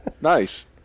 Nice